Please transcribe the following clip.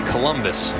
Columbus